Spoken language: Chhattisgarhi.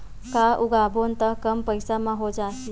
का उगाबोन त कम पईसा म हो जाही?